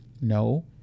No